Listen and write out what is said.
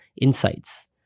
insights